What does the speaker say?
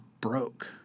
broke